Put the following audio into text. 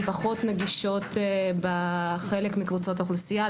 פחות נגישות בחלק מקבוצות האוכלוסייה,